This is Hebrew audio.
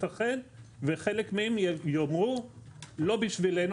יתכן וחלק מהם יאמרו לא בשבילנו,